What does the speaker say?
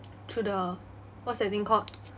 through the what's that thing called